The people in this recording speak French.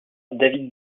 david